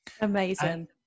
Amazing